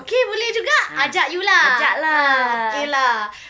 okay boleh juga ajak you lah ah okay lah